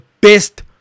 best